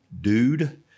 dude